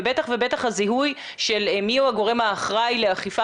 ובטח ובטח הזיהוי של מיהו הגורם האחראי לאכיפה